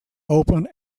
open